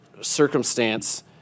circumstance